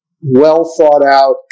well-thought-out